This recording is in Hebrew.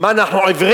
מה, אנחנו עיוורים?